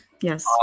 Yes